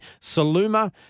Saluma